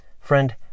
Friend